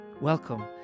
Welcome